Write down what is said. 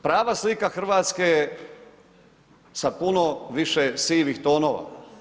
Prava slika Hrvatske je sa puno više sivih tonova.